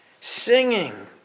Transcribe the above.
Singing